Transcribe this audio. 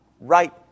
right